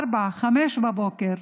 04:00, 05:00,